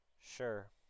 Sure